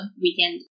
weekend